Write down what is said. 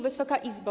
Wysoka Izbo!